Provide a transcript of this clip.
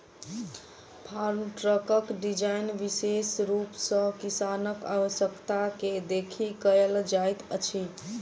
farm ट्रकक design विशेष रूप सॅ किसानक आवश्यकता के देखि कयल जाइत अछि